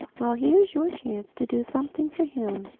well, here is your chance to do something for him.